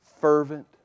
fervent